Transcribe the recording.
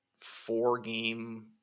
four-game